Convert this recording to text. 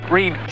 Read